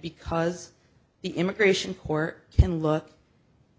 because the immigration court can look